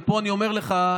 ופה אני אומר לך,